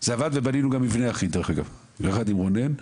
זה עבד ובנינו גם מבנה דרך אגב יחד עם רונן,